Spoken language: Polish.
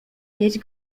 mieć